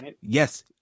yes